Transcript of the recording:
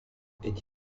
est